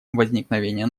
возникновения